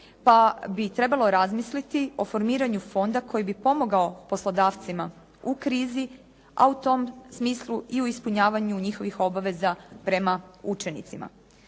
pa bi trebalo razmisliti o formiranju fonda koji bi pomogao poslodavcima u krizi, a u tom smislu i u ispunjavanju njihovih obaveza prema učenicima.